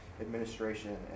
administration